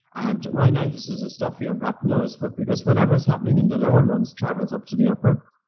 and rhinitis is a stuffy or blocked nose but because whatever is happening in the lower lungs travels up to the upper,